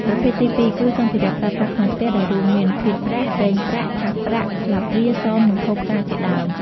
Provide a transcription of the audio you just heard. ប្រភេទទីពីរគឺ សម្ភារៈប្រើប្រាស់ក្នុងផ្ទះ ដែលរួមមាន ភាជន៍ប្រាក់ ពែងប្រាក់ ថាសប្រាក់ ស្លាបព្រា សម និងថូផ្កាជាដើម។